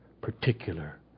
particular